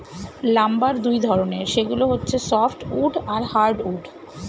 lumber দুই ধরনের, সেগুলো হচ্ছে সফ্ট উড আর হার্ড উড